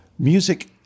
music